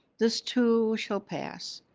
this too shall pass,